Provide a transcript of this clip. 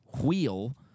wheel